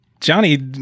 Johnny